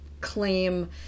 claim